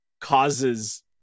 causes